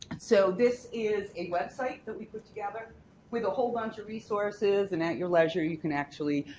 so this is a website that we put together with a whole bunch of resources and at your leisure you can actually,